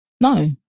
No